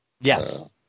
Yes